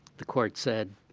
the court said,